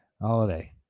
holiday